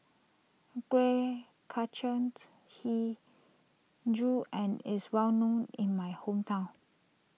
Kuih Kacang HiJau and is well known in my hometown